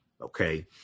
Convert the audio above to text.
Okay